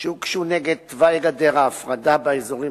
שהוגשו נגד תוואי גדר ההפרדה באזורים